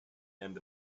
end